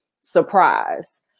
surprise